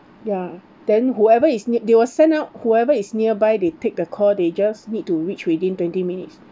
ya then whoever is n~ they will send out whoever is nearby they take the call they just need to reach within twenty minutes